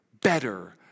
better